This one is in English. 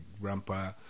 grandpa